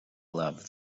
love